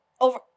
over